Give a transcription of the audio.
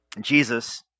Jesus